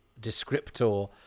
descriptor